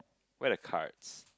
where the cards